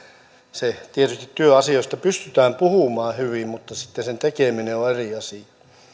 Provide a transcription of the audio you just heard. se tietysti työasioista pystytään puhumaan hyvin mutta sitten sen tekeminen on eri asia